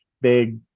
big